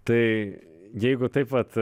tai jeigu taip vat